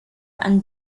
and